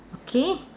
okay